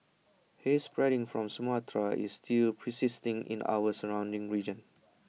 haze spreading from Sumatra is still persisting in our surrounding region